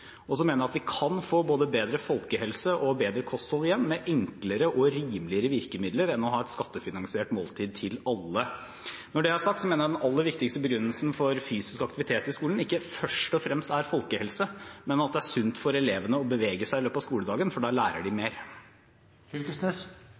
Så mener jeg at vi kan få både bedre folkehelse og bedre kosthold igjen med enklere og rimeligere virkemidler enn å ha et skattefinansiert måltid til alle. Når det er sagt, mener jeg at den aller viktigste begrunnelsen for fysisk aktivitet i skolen ikke først og fremst er folkehelse, men at det er sunt for elevene å bevege seg i løpet av skoledagen, for da lærer de mer.